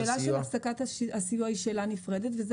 השאלה של הפסקת הסיוע היא שאלה נפרדת וזאת